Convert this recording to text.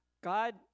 God